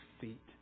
feet